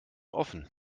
offen